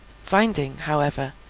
finding, however,